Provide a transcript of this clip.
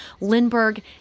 Lindbergh